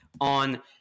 on